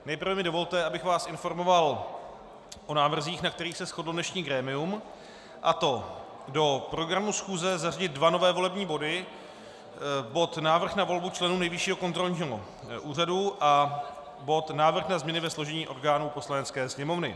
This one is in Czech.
Nejprve mi dovolte, abych vás informoval o návrzích, na kterých se shodlo dnešní grémium, a to do programu schůze zařadit dva nové volební body bod Návrh na volbu členů Nejvyššího kontrolního úřadu a bod Návrh na změny ve složení orgánů Poslanecké sněmovny.